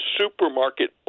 Supermarket